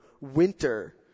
winter